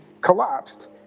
collapsed